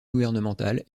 gouvernementale